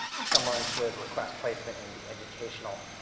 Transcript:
someone should request placement in the educational